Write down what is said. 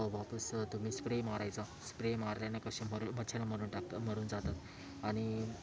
वापस तुम्ही स्प्रे मारायचा स्प्रे मारल्याने कसे मरू मच्छर मरून टाक मरून जातात आणि